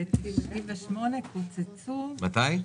ב-98' --- אנחנו